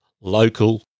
local